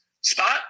spot